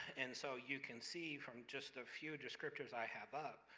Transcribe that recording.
and so you can see from just a few descriptors i have up,